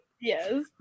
Yes